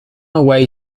away